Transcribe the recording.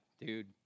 dude